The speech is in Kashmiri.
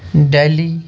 دہلی